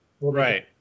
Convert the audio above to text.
Right